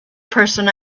person